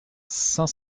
cinq